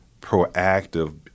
proactive